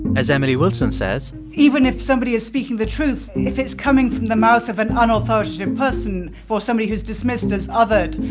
as emily wilson says. even if somebody is speaking the truth, if it's coming from the mouth of an unauthoritative person or somebody who's dismissed as othered,